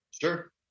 Sure